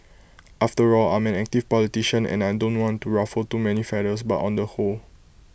after all I'm an active politician and I don't want to ruffle too many feathers but on the whole